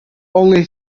only